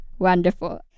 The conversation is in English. Wonderful